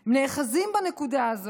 נאחזים בנקודה הזו